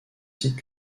sites